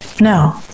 No